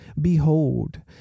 behold